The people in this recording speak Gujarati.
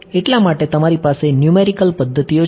એટલા માટે તમારી પાસે ન્યૂમેરિકલ પદ્ધતિઓ છે